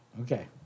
Okay